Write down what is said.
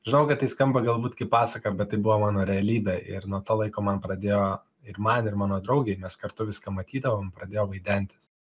žinau kad tai skamba galbūt kaip pasaka bet tai buvo mano realybė ir nuo to laiko man pradėjo ir man ir mano draugei mes kartu viską matydavom pradėjo vaidentis